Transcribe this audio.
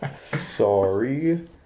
sorry